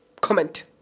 Comment